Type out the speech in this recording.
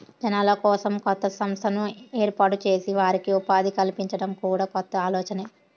జనాల కోసం కొత్త సంస్థను ఏర్పాటు చేసి వారికి ఉపాధి కల్పించడం కూడా కొత్త ఆలోచనే